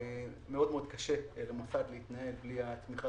מאוד קשה למוסד להתנהל בלי התמיכה,